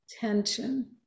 tension